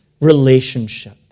relationship